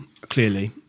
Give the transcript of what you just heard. clearly